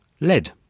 lead